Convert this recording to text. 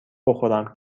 بخورم